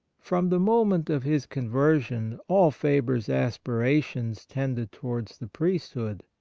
from the moment of his conversion all faber's aspirations tended towards the priesthood.